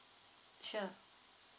sure